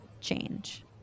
change